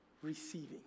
Receiving